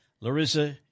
Larissa